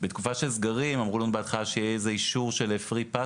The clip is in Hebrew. בתקופה של סגרים אמרו לנו בהתחלה שיהיה איזה אישור של free pass